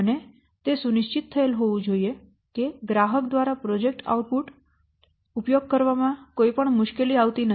અને તે સુનિશ્ચિત થયેલ હોવું જોઈએ કે ગ્રાહક દ્વારા પ્રોજેક્ટ આઉટપુટ ઉપયોગ કરવામાં કોઈપણ મુશ્કેલી આવતી નથી